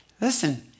Listen